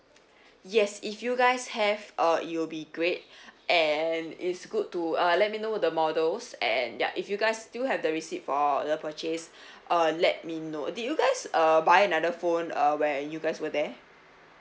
yes if you guys have uh it will be great and it's good to uh let me know the models and ya if you guys still have the receipt for the purchase uh let me know did you guys uh buy another phone uh when you guys were there